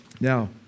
Now